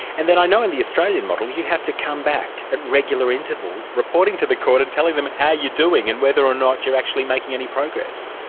and then i know in the australian model, you have to come back at regular intervals, reporting to the court and telling them how you're doing, and whether or not you're actually making any progress.